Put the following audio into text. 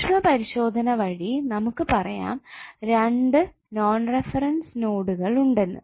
സൂക്ഷ്മ പരിശോധന വഴി നമുക്ക് പറയാം രണ്ട് നോൺ റഫറൻസ് നോടുകൾ ഉണ്ടെന്ന്